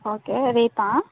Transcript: okay రేపా